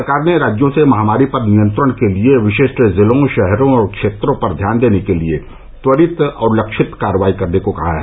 सरकार ने राज्यों से महामारी पर नियंत्रण के लिए विशिष्ट जिलों शहरों और क्षेत्रों पर ध्यान देने के लिए त्वरित और लक्षित कार्रवाई करने को कहा है